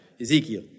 Ezekiel